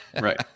right